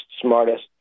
smartest